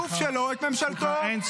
התיעדוף שלו את ממשלתו,